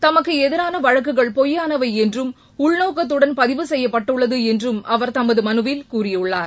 தமக்கு எதிரான வழக்குகள் பொய்யானவை என்றும் உள்நோக்கத்துடன் பதிவு செய்யப்பட்டுள்ளது என்றும் அவர் தமது மனுவில் கூறியுள்ளார்